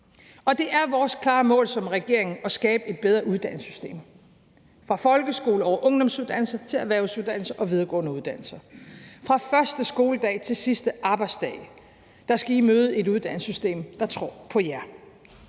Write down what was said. dag. Det er vores klare mål som regering at skabe et bedre uddannelsessystem, fra folkeskole over ungdomsuddannelser til erhvervsuddannelser og videregående uddannelser. Fra første skoledag til sidste arbejdsdag skal I møde et uddannelsessystem, der tror på jer.